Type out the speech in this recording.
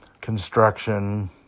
construction